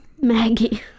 maggie